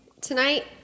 Tonight